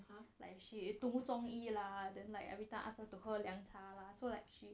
like she 读中医 lah then like everytime ask her to 喝凉茶 lah so like she